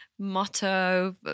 Motto